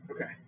Okay